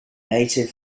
native